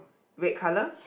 red colour